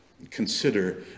consider